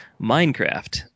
Minecraft